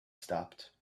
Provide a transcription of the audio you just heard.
stopped